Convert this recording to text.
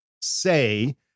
Say